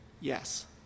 yes